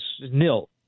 nil